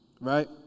right